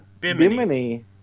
Bimini